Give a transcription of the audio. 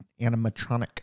animatronic